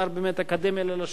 האקדמיה ללשון עברית,